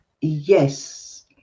Yes